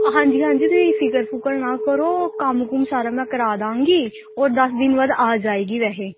ਹਾਂਜੀ ਹਾਂਜੀ ਤੁਸੀਂ ਫਿਕਰ ਫੁਕਰ ਨਾ ਕਰੋ ਕੰਮ ਕੁਮ ਸਾਰਾ ਮੈਂ ਕਰਾ ਦਾਂਗੀ ਉਹ ਦਸ ਦਿਨ ਬਾਅਦ ਆ ਜਾਵੇਗੀ ਵੈਸੇ